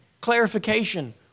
clarification